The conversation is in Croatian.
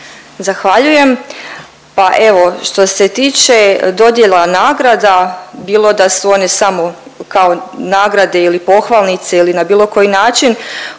Zahvaljujem. Pa evo što se tiče dodjela nagrada bilo da su one samo kao nagrade ili pohvalnice ili na bilo koji način